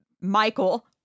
Michael